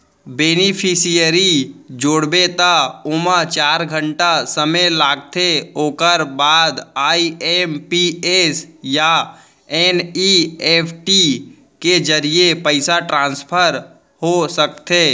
beneficiary जोड़बे त ओमा चार घंटा समे लागथे ओकर बाद आइ.एम.पी.एस या एन.इ.एफ.टी के जरिए पइसा ट्रांसफर हो सकथे